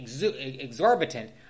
exorbitant